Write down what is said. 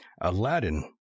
Aladdin